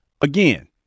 again